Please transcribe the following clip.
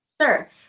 Sure